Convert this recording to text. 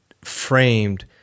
framed